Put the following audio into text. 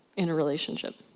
in a relationship.